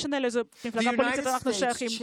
תהיה העמדה הפוליטית שלנו אשר תהיה.